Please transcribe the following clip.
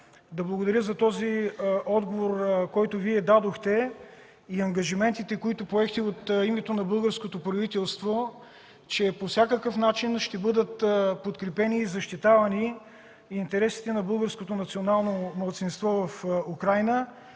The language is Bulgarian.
Да благодаря за този отговор, който Вие дадохте и ангажиментите, които поехте от името на българското правителство, че по всякакъв начин ще бъдат подкрепени и защитавани интересите на българското национално малцинство в Украйна